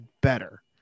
better